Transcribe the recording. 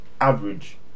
average